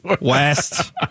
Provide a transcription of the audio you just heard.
west